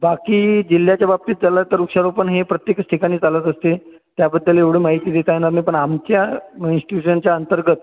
बाकी जिल्ह्याच्या बाबतीत झालं तर वृक्षारोपण हे प्रत्येकच ठिकाणी चालत असते त्याबद्दल एवढी माहिती देता येणार नाही पण आमच्या इन्स्टिट्यूशनच्या अंतर्गत